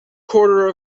quarter